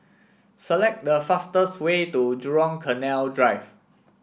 select the fastest way to Jurong Canal Drive